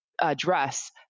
address